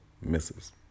misses